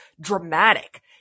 dramatic